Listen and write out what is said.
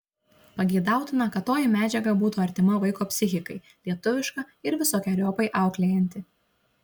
pageidautina kad toji medžiaga būtų artima vaiko psichikai lietuviška ir visokeriopai auklėjanti